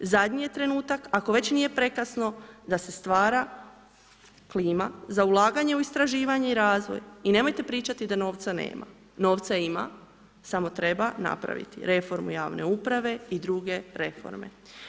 Zadnji je trenutak ako već nije prekasno da se stvara klima za ulaganje u istraživanje i razvoj i nemojte pričati da novca nema, samo treba napraviti reformu javne uprave i druge reforme.